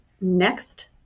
next